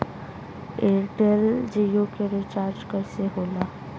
Airtel Jio के recharge कैसे होला?